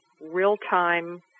real-time